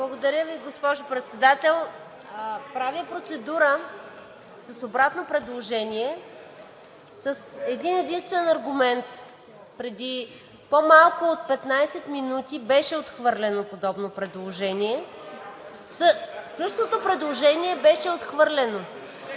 Благодаря Ви, госпожо Председател. Правя процедура с обратно предложение с един-единствен аргумент – преди по-малко от 15 минути беше отхвърлено подобно предложение. Същото предложение беше отхвърлено.